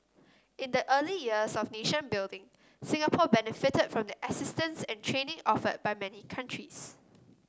in the early years of nation building Singapore benefited from the assistance and training offered by many countries